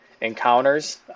encounters